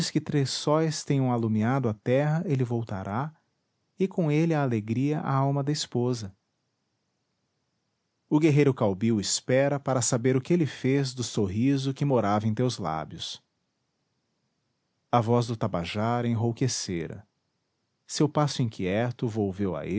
que três sóis tenham alumiado a terra ele voltará e com ele a alegria à alma da esposa o guerreiro caubi o espera para saber o que ele fez do sorriso que morava em teus lábios a voz do tabajara enrouquecera seu passo inquieto volveu